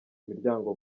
imiryango